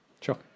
Sure